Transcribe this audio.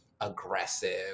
aggressive